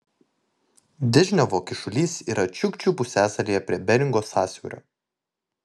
dežniovo kyšulys yra čiukčių pusiasalyje prie beringo sąsiaurio